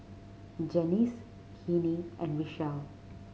Janice Hennie and Richelle